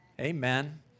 Amen